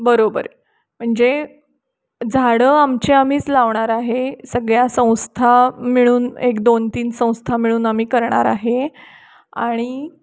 बरोबर म्हणजे झाडं आमचीआम्हीच लावणार आहे सगळ्या संस्था मिळून एक दोन तीन संस्था मिळून आम्ही करणार आहे आणि